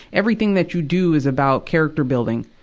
everything that you do is about character building.